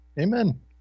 Amen